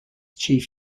chief